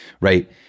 Right